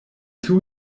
two